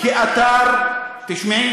עליזה לביא, תכף אני אגיד לכם.